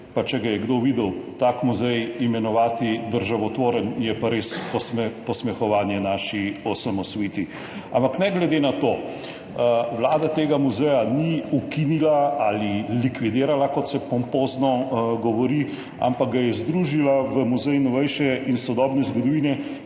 pa, če ga je kdo videl, tak muzej imenovati državotvoren, je pa res posmehovanje naši osamosvojitvi. Ampak ne glede na to vlada tega muzeja ni ukinila ali likvidirala, kot se pompozno govori, ampak ga je združila v Muzej novejše in sodobne zgodovine